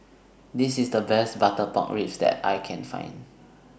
This IS The Best Butter Pork Ribs that I Can Find